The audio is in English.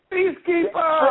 Peacekeeper